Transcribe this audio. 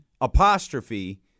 apostrophe